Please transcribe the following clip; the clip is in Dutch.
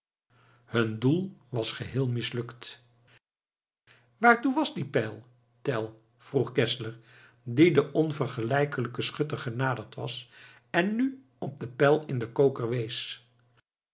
hun doel was geheel mislukt waartoe was die pijl tell vroeg geszler die den onvergelijkelijken schutter genaderd was en nu op den pijl in den koker wees